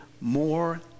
more